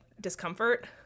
discomfort